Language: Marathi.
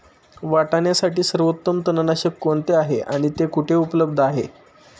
वाटाण्यासाठी सर्वोत्तम तणनाशक कोणते आहे आणि ते कुठे उपलब्ध आहे?